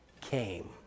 came